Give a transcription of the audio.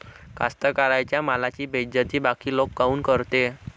कास्तकाराइच्या मालाची बेइज्जती बाकी लोक काऊन करते?